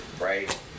right